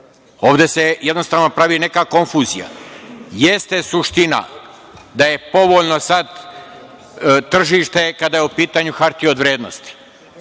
ekonomije. Ovde se pravi neka konfuzija. Jeste suština da je povoljno sada tržište, kada su u pitanju hartije od vrednosti,